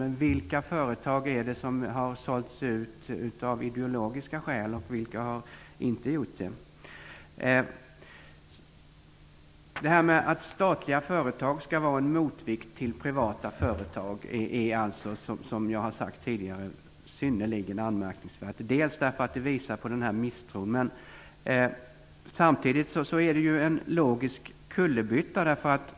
Men vilka företag är det som har sålts ut av ideologiska skäl och vilka har inte gjort det? Att statliga företag skall vara en motvikt till privata företag är som jag har sagt tidigare synnerligen anmärkningsvärt, därför att det visar på en misstro. Samtidigt är det en logisk kullerbytta.